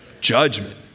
Judgment